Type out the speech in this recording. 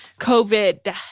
COVID